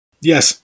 Yes